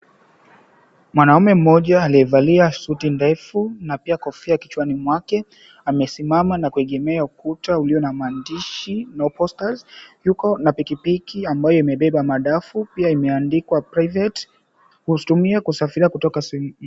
Mwanamume mmoja aliyevalia suti ndefu na pia kofia kichwani mwake, amesimama na kuegemea ukuta ulio na maandishi no posters yuko na pikipiki ambayo imebeba madafu, pia imeandikwa: private . Usitumie kusafiria kutoka...